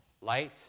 light